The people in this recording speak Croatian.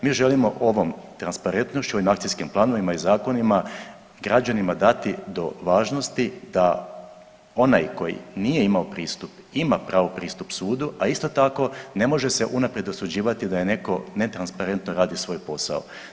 Mi želimo ovom transparentnošću i akcijskim planovima i zakonima građanima dati do važnosti da onaj koji nije imao pristup ima pravo pristup sudu, a isto tako ne može se unaprijed osuđivati da je netko netransparentno radio svoj posao.